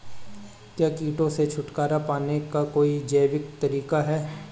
क्या कीटों से छुटकारा पाने का कोई जैविक तरीका है?